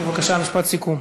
בבקשה, משפט סיכום.